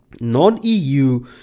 Non-EU